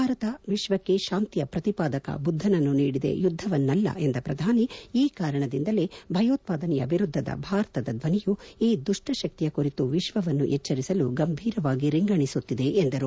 ಭಾರತ ವಿಶ್ಲಕ್ಷೆ ಶಾಂತಿಯ ಪ್ರತಿಪಾದಕ ಬುದ್ದನನ್ನು ನೀಡಿದೆ ಯುದ್ದವನ್ನಲ್ಲ ಎಂದ ಪ್ರಧಾನಿ ಈ ಕಾರಣದಿಂದಲೇ ಭಯೋತ್ಪಾದನೆಯ ವಿರುದ್ದದ ಭಾರತದ ಧ್ಯನಿಯು ಈ ದುಷ್ನ ಶಕ್ತಿಯ ಕುರಿತು ವಿಶ್ವವನ್ನು ಎಚ್ಚರಿಸಲು ಗಂಭೀರವಾಗಿ ರಿಂಗಣಿಸುತ್ತಿದೆ ಎಂದರು